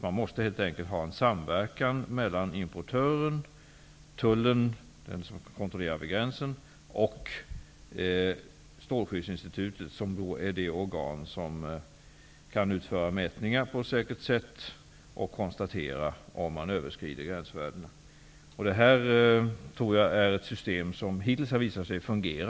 Det måste vara en samverkan mellan importör, tull -- som kontrollerar vid gränsen -- och Statens strålskyddsinstitut, som är det organ som på ett säkert sätt kan utföra mätningar för att konstatera om gränsvärden överskrids. Det här systemet har hittills visat sig fungera.